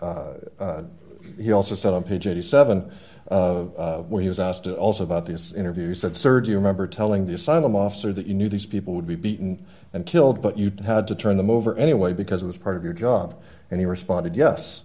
we he also said on page eighty seven dollars when he was asked also about this interview said serge you remember telling the asylum officer that you knew these people would be beaten and killed but you had to turn them over anyway because it was part of your job and he responded yes